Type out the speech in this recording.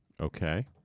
Okay